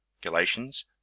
Galatians